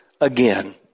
again